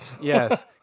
Yes